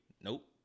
Nope